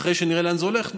אחרי שנראה לאן זה הולך,